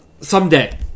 Someday